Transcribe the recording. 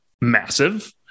massive